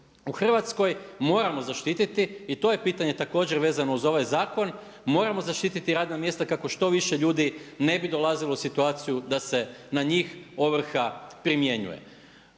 U Hrvatskoj moramo zaštititi i to je pitanje također vezano uz ovaj zakon. Moramo zaštititi radna mjesta kako što više ljudi ne bi dolazilo u situaciju da se na njih ovrha primjenjuje.